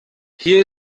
hier